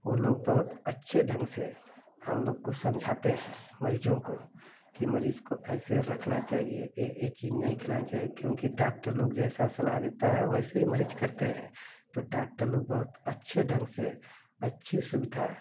वे लोग बहुत अच्छे ढंग से हमलोग को समझाती हैं मरीज़ों को कि मरीज़ को ऐसे रखना चाहिए यह यह चीज़ नहीं खिलाना चाहिए क्योंकि डॉक्टर लोग जैसी सलाह देते हैं वैसे मरीज़ करते हैं तो डॉक्टर लोग बहुत अच्छे ढंग से अच्छी सुविधा